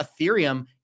Ethereum